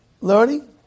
Learning